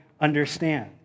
understand